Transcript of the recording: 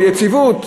של יציבות?